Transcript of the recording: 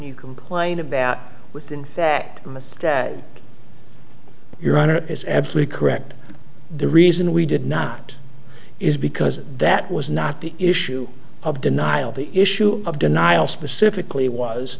you complain about within that from a stag your honor is absolutely correct the reason we did not is because that was not the issue of denial the issue of denial specifically was